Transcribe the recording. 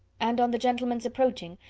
and on the gentlemen's approaching,